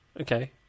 Okay